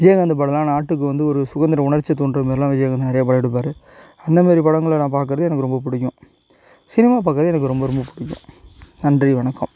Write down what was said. விஜயகாந்த் படம்லாம் நாட்டுக்கு வந்து ஒரு சுகந்திரம் உணர்ச்சியை தூண்றமாரிலாம் விஜயகாந்த் நிறையா படம் எடுப்பார் அந்தமாதிரி படங்களை நான் பார்க்கறது எனக்கு ரொம்ப பிடிக்கும் சினிமாப் பார்க்கறது எனக்கு ரொம்ப ரொம்ப பிடிக்கும் நன்றி வணக்கம்